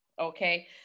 okay